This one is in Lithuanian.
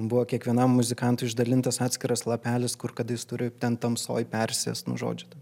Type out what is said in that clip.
buvo kiekvienam muzikantui išdalintas atskiras lapelis kur kada jis turi ten tamsoj persėst nu žodžiu